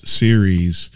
series